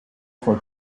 for